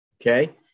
Okay